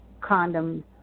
condoms